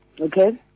okay